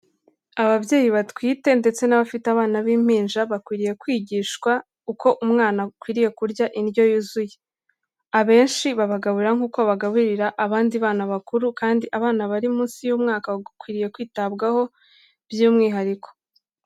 Ababyeyi batwite ndetse n'abafite abana b'impinja, bakwiriye kwigishwa uko umwana akwiriye kurya indyo yuzuye. Abenshi babagaburira nk'uko bagaburira abandi bana bakuru, kandi abana bari munsi y'umwaka bakwiriye kwitabwaho by'umwihariko.